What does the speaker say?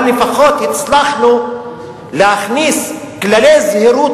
אבל לפחות הצלחנו להכניס כללי זהירות